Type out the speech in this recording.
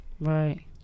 Right